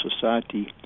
society